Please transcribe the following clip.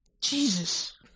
Jesus